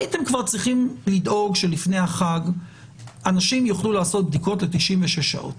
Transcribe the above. הייתם כבר צריכים לדאוג שלפני החג אנשים יוכלו לעשות בדיקות ל-96 שעות.